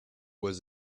was